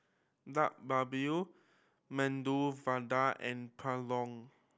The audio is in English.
Dak Medu Vada and Pulao